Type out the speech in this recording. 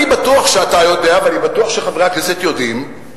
אני בטוח שאתה יודע ואני בטוח שחברי הכנסת יודעים,